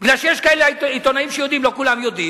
כי יש כאלה עיתונאים שיודעים, לא כולם יודעים,